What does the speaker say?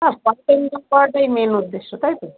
হ্যাঁ টাকা ইনকাম করাটাই মেন উদ্দেশ্য তাই তো